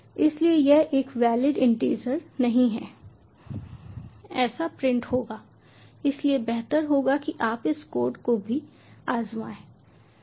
इसलिए यह एक वैलिड इंटीजर नहीं है ऐसा प्रिंट होगा इसलिए बेहतर होगा कि आप इस कोड को भी आजमाएं